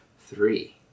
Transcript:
three